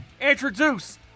introduce